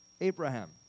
Abraham